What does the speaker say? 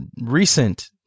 recent